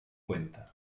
cuenta